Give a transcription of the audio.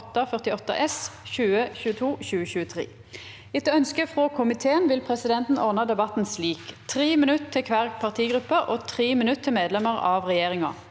Etter ønske frå næringsko- miteen vil presidenten ordna debatten slik: 3 minutt til kvar partigruppe og 3 minutt til medlemer av regjeringa.